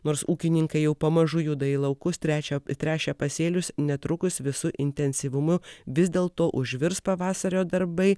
nors ūkininkai jau pamažu juda į laukus tręšia tręšia pasėlius netrukus visu intensyvumu vis dėl to užvirs pavasario darbai